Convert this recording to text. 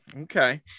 Okay